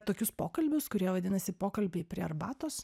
tokius pokalbius kurie vadinasi pokalbiai prie arbatos